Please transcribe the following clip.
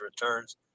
returns